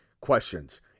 questions